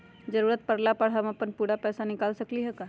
जरूरत परला पर हम अपन पूरा पैसा निकाल सकली ह का?